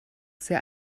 sehr